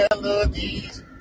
Melodies